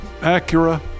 Acura